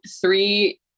three